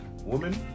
woman